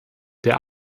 der